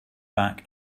back